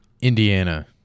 Indiana